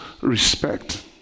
respect